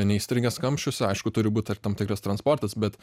nei įstrigęs kamščiuose aišku turi būt ir tam tikras transportas bet